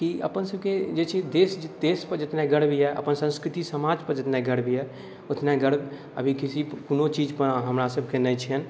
कि अपनसबके जे छै देश देशपर जतना गर्व अइ अपन संस्कृति समाजपर जितना गर्व अइ ओतना गर्व अभी किसी कोनो चीजपर हमरा सबके नहि छनि